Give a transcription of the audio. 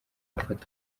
gufata